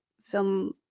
film